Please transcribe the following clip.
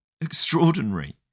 Extraordinary